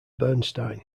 bernstein